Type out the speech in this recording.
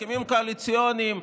הסכמים קואליציוניים,